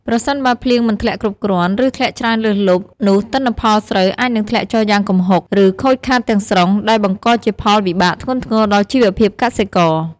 ប្រសិនបើភ្លៀងមិនធ្លាក់គ្រប់គ្រាន់ ឬធ្លាក់ច្រើនលើសលប់ នោះទិន្នផលស្រូវអាចនឹងធ្លាក់ចុះយ៉ាងគំហុក ឬខូចខាតទាំងស្រុង ដែលបង្កជាផលវិបាកធ្ងន់ធ្ងរដល់ជីវភាពកសិករ។